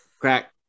crack